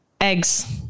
eggs